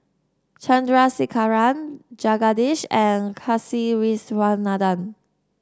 Chandrasekaran Jagadish and Kasiviswanathan